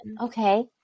Okay